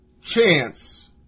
chance